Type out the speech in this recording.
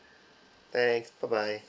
thanks bye bye